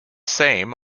same